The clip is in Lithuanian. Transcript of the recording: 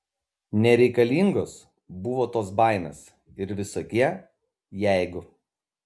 nereikalingos buvo tos baimės ir visokie jeigu